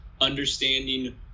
understanding